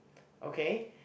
okay